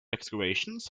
excavations